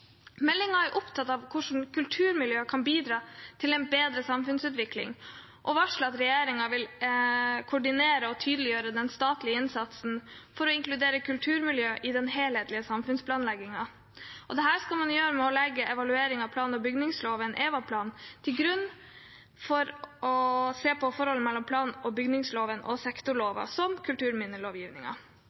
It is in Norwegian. er opptatt av hvordan kulturmiljøer kan bidra til en bedre samfunnsutvikling, og varsler at regjeringen vil koordinere og tydeliggjøre den statlige innsatsen for å inkludere kulturmiljøer i den helhetlige samfunnsplanleggingen. Dette skal man gjøre ved å legge evalueringen av plan- og bygningsloven, EVAPLAN, til grunn for å se på forholdet mellom plan- og bygningsloven og sektorlover som